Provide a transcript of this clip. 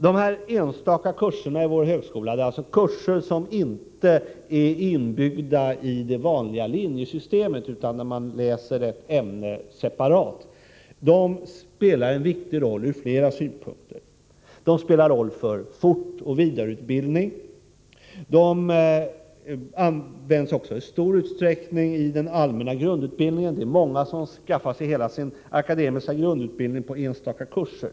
De här enstaka kurserna i vår högskola — det är alltså kurser som inte är inbyggda i det vanliga linjesystemet utan där man läser ett ämne separat — spelar en viktig roll ur flera synpunkter. De spelar en roll för fortoch vidareutbildning. De utnyttjas i stor utsträckning i den allmänna grundutbildningen. Det är många som skaffar sig hela sin akademiska grundutbildning genom enstaka kurser.